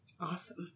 Awesome